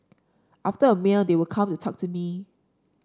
after a meal they would come and talk to me